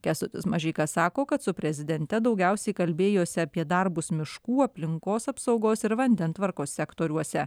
kęstutis mažeika sako kad su prezidente daugiausiai kalbėjosi apie darbus miškų aplinkos apsaugos ir vandentvarkos sektoriuose